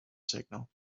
signal